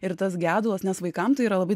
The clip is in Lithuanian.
ir tas gedulas nes vaikam tai yra labai